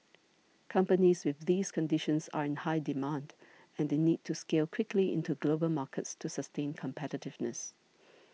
companies with these conditions are in high demand and they need to scale quickly into global markets to sustain competitiveness